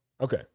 Okay